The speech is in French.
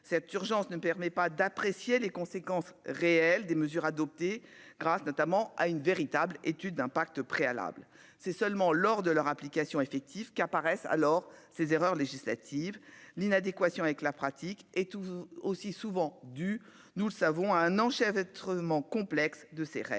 cette urgence ne permet pas d'apprécier les conséquences réelles des mesures adoptées grâce notamment à une véritable étude d'impact préalable c'est seulement lors de leur implication effective qu'apparaissent alors ces erreurs législatives l'inadéquation avec la pratique et tout aussi souvent du nous le savons, à un enchevêtre ment complexe de ces règles,